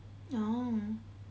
oh